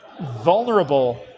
vulnerable